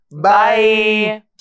Bye